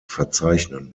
verzeichnen